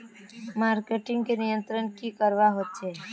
Marketing का नियंत्रण की करवा होचे?